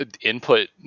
Input